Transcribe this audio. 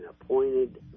appointed